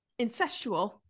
Incestual